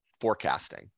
forecasting